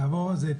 נעבור על זה.